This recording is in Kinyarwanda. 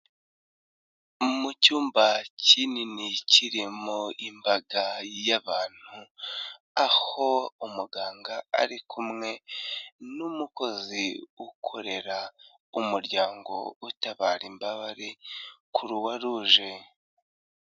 Mu cyumba kinini kirimo imbaga y'abantu, aho umuganga ari kumwe n'umukozi ukorera umuryango utabara imbabare kuruwaruje.